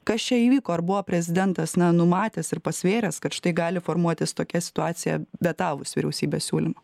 kas čia įvyko ar buvo prezidentas na numatęs ir pasvėręs kad štai gali formuotis tokia situacija vetavus vyriausybės siūlymą